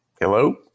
Hello